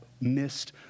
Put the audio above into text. missed